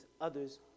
others